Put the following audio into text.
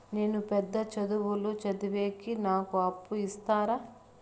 నేను పెద్ద చదువులు చదివేకి నాకు అప్పు ఇస్తారా